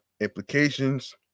implications